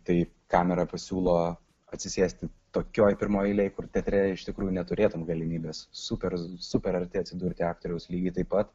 tai kamera pasiūlo atsisėsti tokioj pirmoj eilėj kur teatre iš tikrųjų neturėtum galimybės super super arti atsidurti aktoriaus lygiai taip pat